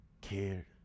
cared